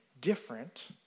different